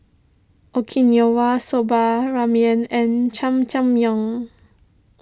Okinawa Soba Ramen and Jajangmyeon